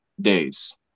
days